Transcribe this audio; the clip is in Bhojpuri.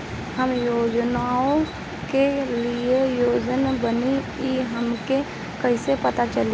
हम योजनाओ के लिए योग्य बानी ई हमके कहाँसे पता चली?